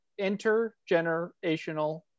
intergenerational